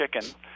Chicken